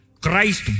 Christ